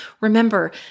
Remember